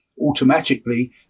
automatically